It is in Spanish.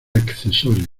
accesorios